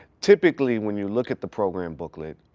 typically when you look at the program booklet,